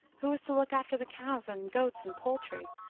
who is to look after the cows, and goats, and poultry?